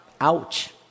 Ouch